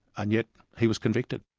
and yet he was convicted.